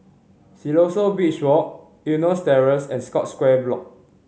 Siloso Beach Walk Eunos Terrace and Scotts Square Block